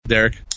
derek